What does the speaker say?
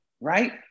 right